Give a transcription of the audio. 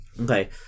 Okay